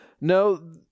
no